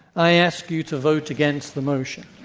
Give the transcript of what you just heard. i ask you to vote against the motion.